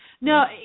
No